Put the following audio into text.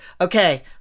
okay